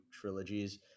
trilogies